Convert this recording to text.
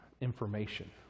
information